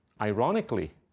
Ironically